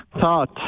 thought